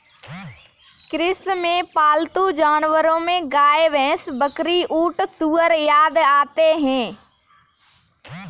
कृषि में पालतू जानवरो में गाय, भैंस, बकरी, ऊँट, सूअर आदि आते है